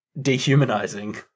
dehumanizing